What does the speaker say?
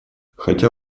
хотя